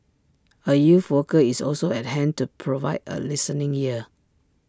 A youth worker is also at hand to provide A listening ear